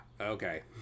Okay